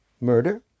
murder